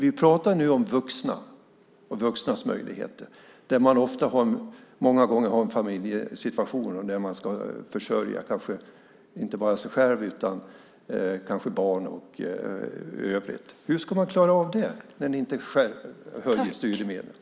Vi talar nu om vuxna och vuxnas möjligheter. Många gånger har dessa personer familj och ska försörja inte bara sig själva utan barn. Hur ska de klara av det när ni inte höjer studiemedlen?